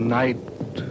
night